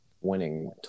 winning